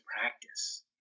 practice